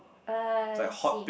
uh let's see